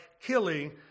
killing